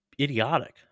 idiotic